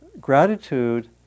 gratitude